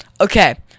Okay